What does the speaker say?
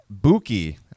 Buki